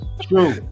true